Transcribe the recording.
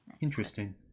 Interesting